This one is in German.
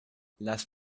lass